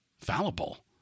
fallible